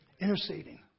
Interceding